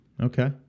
Okay